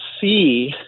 see